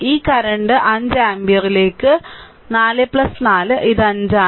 ഈ കറന്റ് 5 ആമ്പിയറിലേക്ക് 4 4 ഇത് 5 ആണ്